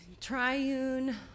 triune